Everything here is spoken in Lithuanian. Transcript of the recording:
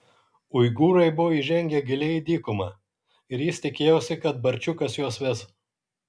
uigūrai buvo įžengę giliai į dykumą ir jis tikėjosi kad barčiukas juos ves